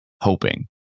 hoping